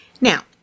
Now